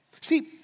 See